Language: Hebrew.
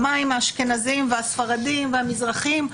מה עם האשכנזים, הספרדים והמזרחים?